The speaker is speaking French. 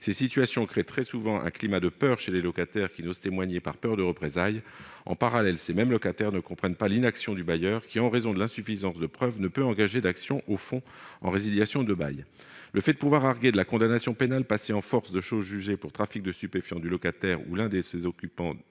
Ces situations créent très souvent un climat de peur chez les locataires, qui n'osent témoigner par crainte de représailles. En parallèle, ces mêmes locataires ne comprennent pas l'inaction du bailleur, qui, en raison de l'insuffisance de preuves, ne peut engager d'action au fond en résiliation de bail. Le fait de pouvoir arguer de la condamnation pénale passée en force de chose jugée pour trafic de stupéfiants du locataire ou de l'un des occupants